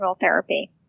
therapy